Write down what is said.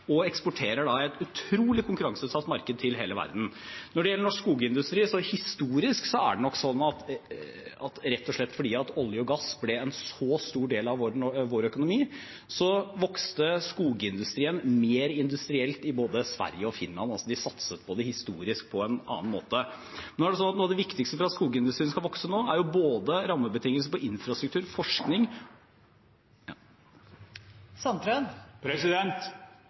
og eksporterer i et utrolig konkurranseutsatt marked til hele verden. Når det gjelder norsk skogindustri, er det nok historisk slik at rett og slett fordi olje og gass ble en så stor del av vår økonomi, vokste skogindustrien mer industrielt i både Sverige og Finland. De satset historisk på en annen måte. Noe av det viktigste for at industrien skal vokse, er både rammebetingelser, infrastruktur, forskning – ja